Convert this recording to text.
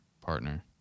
partner